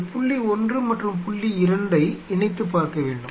இந்த புள்ளி 1 மற்றும் புள்ளி 2 ஐ இணைத்துப் பார்க்கவேண்டும்